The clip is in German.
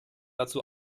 dazu